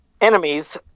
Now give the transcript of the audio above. enemies